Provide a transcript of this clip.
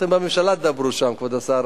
אתם בממשלה תדברו, כבוד שר